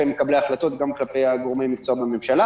מקבלי ההחלטות וגם כלפי גורמי המקצוע בממשלה,